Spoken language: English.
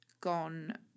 gone